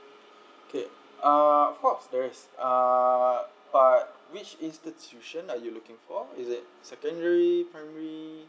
okay uh uh but which institution are you looking for is it secondary primary